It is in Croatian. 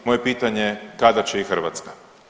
Moje je pitanje kada će i Hrvatska?